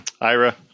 Ira